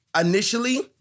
initially